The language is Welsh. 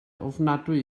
ofnadwy